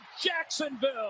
Jacksonville